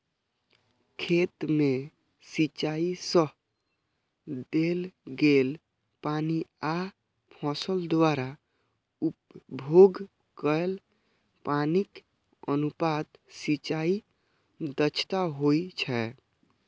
खेत मे सिंचाइ सं देल गेल पानि आ फसल द्वारा उपभोग कैल पानिक अनुपात सिंचाइ दक्षता होइ छै